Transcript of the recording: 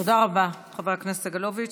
תודה רבה, חבר הכנסת סגלוביץ'.